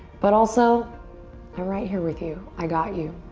but also i'm right here with you. i got you.